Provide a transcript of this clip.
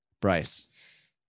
Bryce